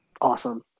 awesome